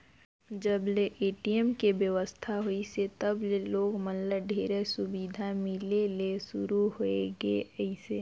जब ले ए.टी.एम के बेवस्था होइसे तब ले लोग मन ल ढेरेच सुबिधा मिले ले सुरू होए गइसे